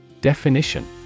Definition